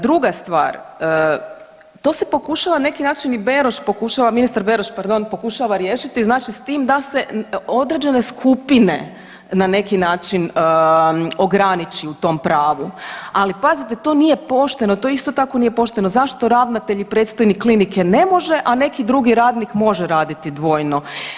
Druga stvar, tu se pokušava na neki način i Beroš pokušava, ministar Beroš, pardon, pokušava riješiti, znači s tim da se određene skupine na neki način ograniči u tom pravu, ali pazite to nije pošteno, to isto tako nije pošteno, zašto ravnatelj i predstojnik klinike ne može, a neki drugi radnik može raditi dvojne.